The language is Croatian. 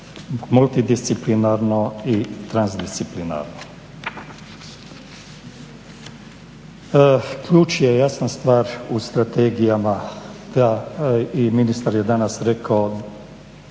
multidisciplinarno i transdisciplinarno. Ključ je jasna stvar u strategija i ministar je danas rekao